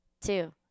two